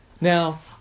Now